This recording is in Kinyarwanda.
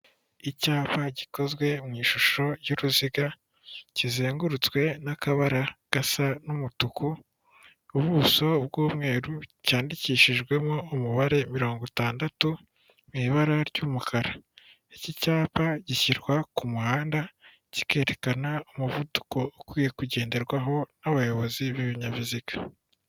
Icyapa gikozwe mu ishusho y'uruziga, kizengurutswe n'akabara gasa n'umutuku, ubuso bw'umweru, cyandikishijwemo umubare mirongo itandatu, mu ibara ry'umukara. Iki cyapa gishyirwa ku muhanda, kikerekana umuvuduko ukwiye kugenderwaho n'abayobozi b'ibinyabiziga.